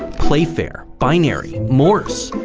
playfair, binary, morse,